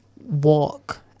walk